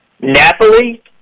Napoli